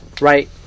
right